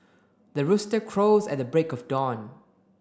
the rooster crows at the break of dawn